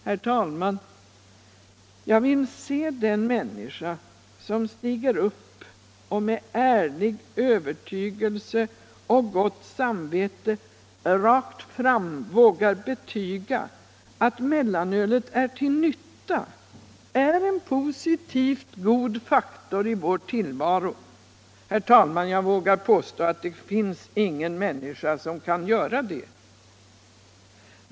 Herr talman! Jag vill se den människa som stiger upp och med ärlig övertygelse och gott samvete rakt fram vågar betyga att mellanölet är till nytta, att det är en positiv och god faktor i vår tillvaro. Jag vågar påstå att det inte finns någon människa som kan göra det.